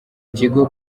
kigo